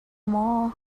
maw